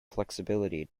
flexibility